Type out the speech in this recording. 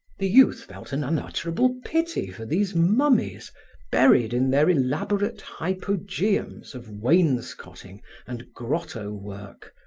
the youth felt an unutterable pity for these mummies buried in their elaborate hypogeums of wainscoting and grotto work,